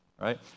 right